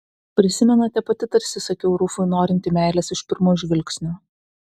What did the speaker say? prisimenate pati tarsi sakiau rufui norinti meilės iš pirmo žvilgsnio